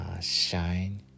shine